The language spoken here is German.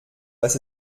was